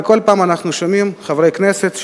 וכל פעם אנחנו שומעים חברי כנסת שעולים,